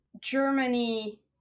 Germany